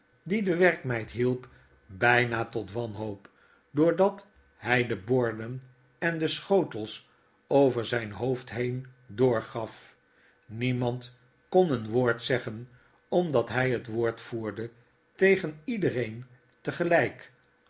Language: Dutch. die de werkmeid hielp byna tot wanhoop doordat hy de borden en de schotels over zyn hoofd heen door gaf niemand kon een woord zeggen oradat hy het woord voerde tegen iedereen